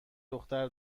دختر